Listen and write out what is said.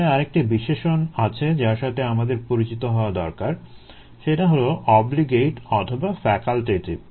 এখানে আরেকটি বিশেষণ আছে যার সাথে আমাদের পরিচিত হওয়া দরকার সেটা হলো অব্লিগেইট অথবা ফ্যাকাল্টেটিভ